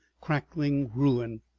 crackling ruin.